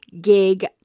gig